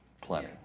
plenty